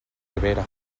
ribera